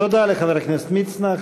תודה לחבר הכנסת מצנע.